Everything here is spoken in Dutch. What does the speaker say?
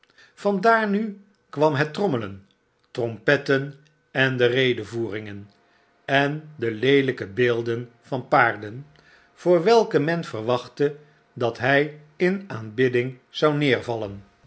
vandaar nu kwam het trommelen trompetten en de redevoeringen en de leelyke beelden van paarden voor welke men verwachtte dat hy in aanbidding zou neervallen